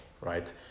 right